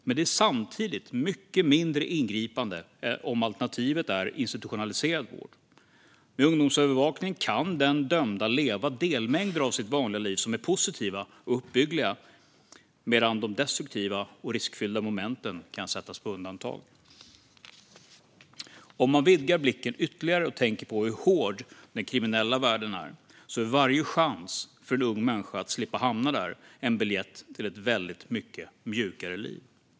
Men det är samtidigt mycket mindre ingripande om alternativet är institutionaliserad vård. Med ungdomsövervakning kan den dömda leva delmängder av sitt vanliga liv som är positiva och uppbyggliga, medan de destruktiva och riskfyllda momenten kan sättas på undantag. Om man vidgar blicken ytterligare och tänker på den hårda kriminella världen är varje chans för en ung människa att slippa hamna där en biljett till ett väldigt mycket mjukare liv.